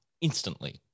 instantly